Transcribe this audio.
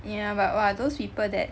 yeah but !wah! those people that